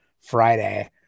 Friday